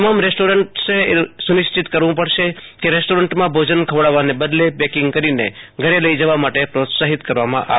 તમામ રેસ્ટોરન્ટોએ એ સુનિશ્ચિત કરવું પડશે કે રેસ્ટોરન્ટમાં ભોજન ખવડાવવાને બદલે પેકિંગ કરીને ઘરે લઇ જવા માટે પ્રોત્સાહિત કરવામાં આવે